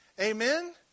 Amen